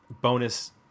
bonus